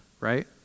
right